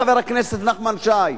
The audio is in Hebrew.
חבר הכנסת נחמן שי.